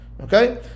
Okay